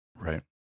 Right